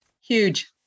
Huge